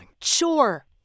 Sure